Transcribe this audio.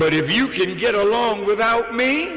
but if you can get along without me